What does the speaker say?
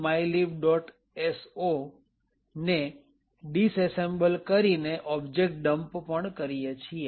so ને disassemble કરીને object dump પણ કરીએ છીએ